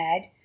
add